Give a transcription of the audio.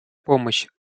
помощь